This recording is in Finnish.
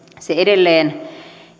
se edelleen